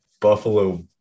Buffalo